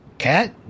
Cat